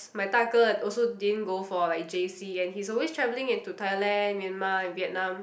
my 大哥 also didn't go for like j_c and he's always traveling into Thailand Myanmar and Vietnam